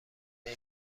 این